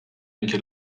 اینکه